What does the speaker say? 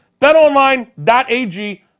Betonline.ag